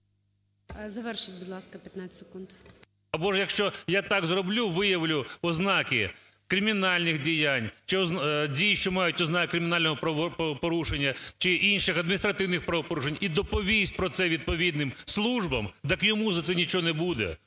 Завершіть, будь ласка, 15 секунд. КУПРІЄНКО О.В. Або, якщо я так зроблю, виявлю ознаки кримінальних діянь чи дій, що мають ознаки кримінального правопорушення чи інших адміністративних правопорушень і доповість про це відповідним службам, так йому за це нічого не буде,